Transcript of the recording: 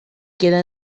quedà